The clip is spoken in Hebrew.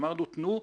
אמרנו,